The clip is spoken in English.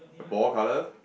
the ball colour